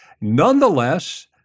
Nonetheless